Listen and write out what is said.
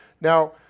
Now